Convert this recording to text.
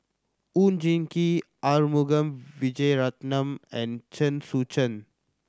Oon Jin Gee Arumugam Vijiaratnam and Chen Sucheng